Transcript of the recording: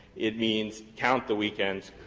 it means count the weekends,